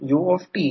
तर जरा फक्त थांबा